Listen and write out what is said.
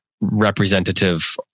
representative